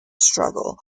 struggle